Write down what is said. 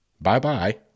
bye-bye